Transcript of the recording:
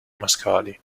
mascali